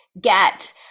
get